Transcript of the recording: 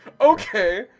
Okay